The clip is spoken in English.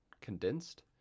condensed